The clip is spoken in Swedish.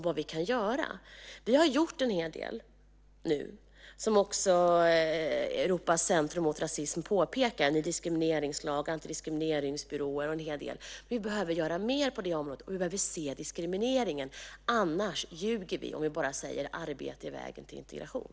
Vi har redan gjort en hel del, vilket också påpekas av Centrum mot rasism. Vi har en diskrimineringslag, antidiskrimineringsbyråer och en hel del annat, men vi behöver göra mer på det här området. Vi behöver se diskrimineringen, för vi ljuger om vi bara säger att arbete är vägen till integration.